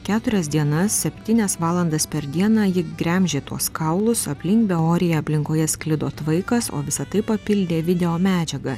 keturias dienas septynias valandas per dieną ji gremžė tuos kaulus aplink beorėje aplinkoje sklido tvaikas o visa tai papildė videomedžiaga